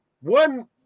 one